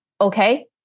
okay